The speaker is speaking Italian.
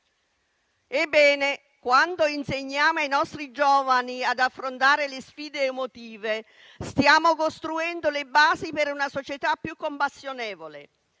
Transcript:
Ebbene, quando insegniamo ai nostri giovani ad affrontare le sfide emotive stiamo costruendo le basi per una società più compassionevole,